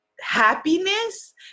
happiness